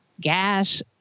gas